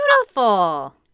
beautiful